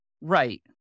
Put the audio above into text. Right